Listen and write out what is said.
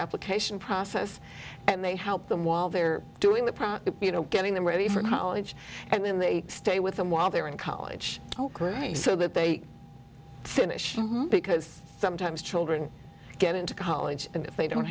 application process and they help them while they're doing the prom you know getting them ready for college and then they stay with them while they're in college so that they finish because sometimes children get into college and if they don't